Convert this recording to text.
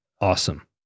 awesome